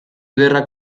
ederra